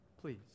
please